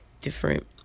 different